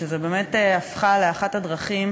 שבאמת הפכו לאחת הדרכים